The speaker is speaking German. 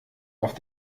auf